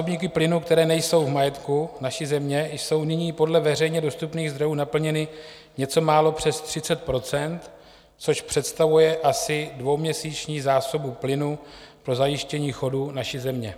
Zásobníky plynu, které nejsou v majetku naší země, jsou nyní podle veřejně dostupných zdrojů naplněny něco málo přes 30 %, což představuje asi dvouměsíční zásobu plynu pro zajištění chodu naší země.